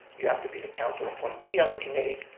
you have to be the council appointee on the committee,